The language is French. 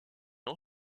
non